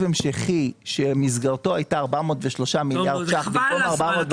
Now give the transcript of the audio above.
המשכי שמסגרתו היה 403 מיליארד שקלים במקום 411,